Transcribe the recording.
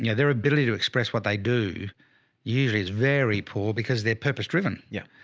yeah their ability to express what they do usually is very poor because they're purpose-driven. yeah.